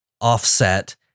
offset